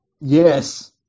Yes